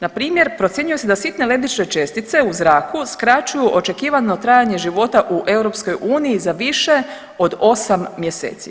Npr. procjenjuje se da sitne lebdeće čestice u zraku skraćuju očekivano trajanje života u EU za više od osam mjeseci.